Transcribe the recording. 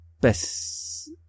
best